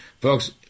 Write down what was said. Folks